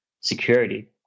security